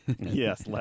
Yes